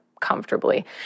comfortably